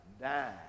die